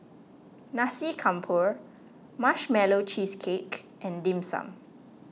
Nasi Campur Marshmallow Cheesecake and Dim Sum